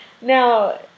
Now